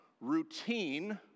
routine